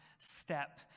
Step